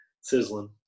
Sizzling